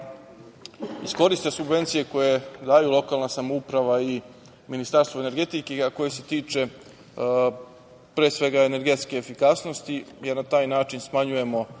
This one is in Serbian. iskoriste subvencije koje daju lokalna samouprava i Ministarstvo energetike, a koje se tiče, pre svega, energetske efikasnosti, jer na taj način smanjujemo